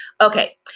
Okay